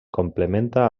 complementa